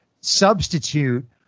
substitute